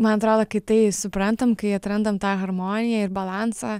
man atrodo kai tai suprantam kai atrandam tą harmoniją ir balansą